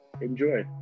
Enjoy